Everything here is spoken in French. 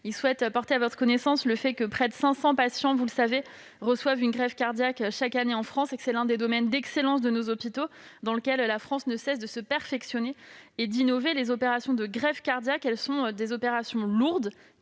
souhaite porter à votre connaissance le fait que près de 500 patients reçoivent une greffe cardiaque chaque année en France. C'est l'un des domaines d'excellence de nos hôpitaux, dans lequel notre pays ne cesse de se perfectionner et d'innover. Les opérations de greffe cardiaque sont des opérations lourdes,